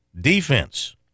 defense